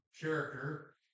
character